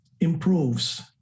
improves